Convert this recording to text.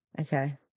Okay